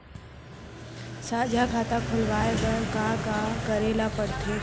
साझा खाता खोलवाये बर का का करे ल पढ़थे?